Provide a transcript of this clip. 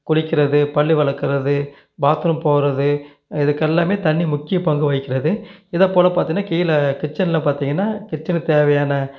குளிக்கிறது பல்லு விளக்கறது பாத்ரூம் போகிறது இதுக்கெல்லாம் தண்ணி முக்கிய பங்கு வகிக்கிறது இதை போல் பார்த்தீன்னா கீழே கிச்சனில் பார்த்தீங்கன்னா கிச்சனுக்கு தேவையான